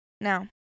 now